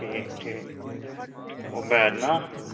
ٹھیٖک ٹھیٖک عُبید نا